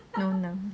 no no